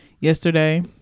yesterday